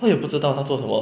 我也不知道他做什么